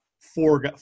four